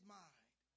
mind